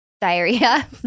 diarrhea